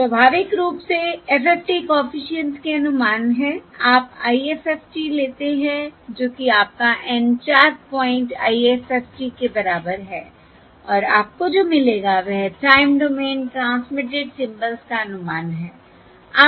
स्वाभाविक रूप से FFT कॉफिशिएंट्स के अनुमान हैं आप IFFT लेते हैं जो कि आपका N 4 पॉइंट IFFT के बराबर है और आपको जो मिलेगा वह टाइम डोमेन ट्रांसमिटेड सिम्बल्स का अनुमान है